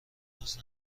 هنوز